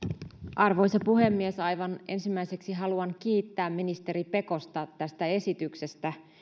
arvoisa puhemies aivan ensimmäiseksi haluan kiittää ministeri pekosta tästä esityksestä